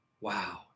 Wow